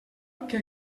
que